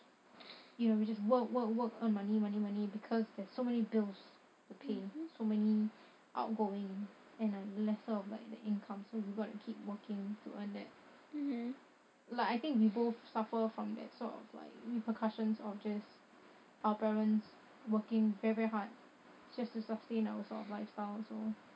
you know we just work work work earn money money money because there's so many bills to pay so many outgoing and like lesser of like the income so you gotta keep working to earn that like I think we both suffer from that sort of like repercussions of just our parents working very very hard just to sustain our sort of lifestyle also